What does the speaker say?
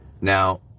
Now